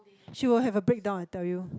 she will have a breakdown I tell you